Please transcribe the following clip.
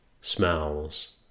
smells